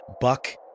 Buck